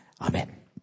Amen